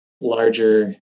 larger